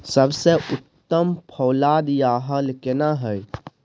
सबसे उत्तम पलौघ या हल केना हय?